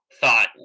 thought